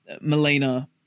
Melina